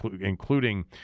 including